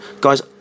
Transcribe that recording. guys